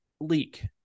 leak